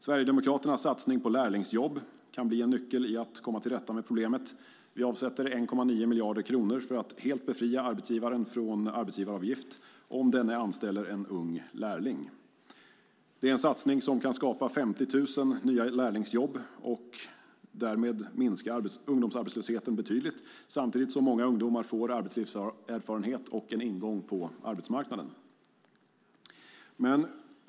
Sverigedemokraternas satsning på lärlingsjobb kan bli nyckeln till att komma till rätta med problemet. Vi avsätter 1,9 miljarder kronor för att helt befria arbetsgivaren från arbetsgivaravgift om denne anställer en ung lärling. Det är en satsning som kan skapa 50 000 nya lärlingsjobb och därmed minska ungdomsarbetslösheten betydligt. Samtidigt får många ungdomar arbetslivserfarenhet och en ingång på arbetsmarknaden.